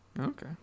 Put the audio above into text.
Okay